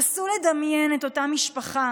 נסו לדמיין את אותה משפחה,